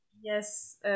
Yes